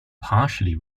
partially